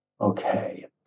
Okay